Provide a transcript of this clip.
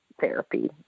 therapy